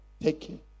taking